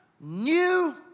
new